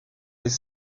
les